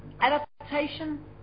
adaptation